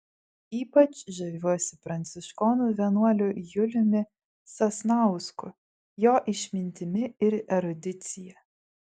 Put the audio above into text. ypač žaviuosi pranciškonų vienuoliu juliumi sasnausku jo išmintimi ir erudicija